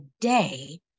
day